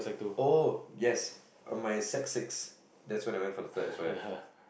oh yes my sec six that was when I went for my third S_Y_F